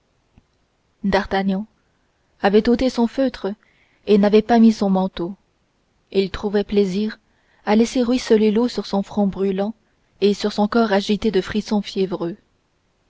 d'artagnan avait ôté son feutre et n'avait pas mis son manteau il trouvait plaisir à laisser ruisseler l'eau sur son front brûlant et sur son corps agité de frissons fiévreux